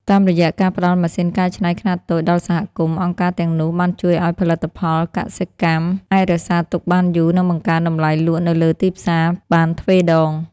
តាមរយៈការផ្ដល់ម៉ាស៊ីនកែច្នៃខ្នាតតូចដល់សហគមន៍ អង្គការទាំងនោះបានជួយឱ្យផលិតផលកសិកម្មអាចរក្សាទុកបានយូរ និងបង្កើនតម្លៃលក់នៅលើទីផ្សារបានទ្វេដង។